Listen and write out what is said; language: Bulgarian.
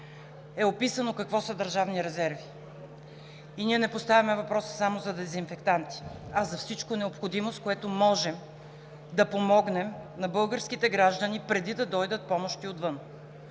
е описано какво са държавни резерви и ние не поставяме въпроса само за дезинфектанти, а за всичко необходимо, с което можем да помогнем на българските граждани, преди да дойдат помощи отвън.